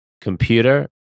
computer